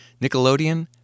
Nickelodeon